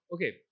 Okay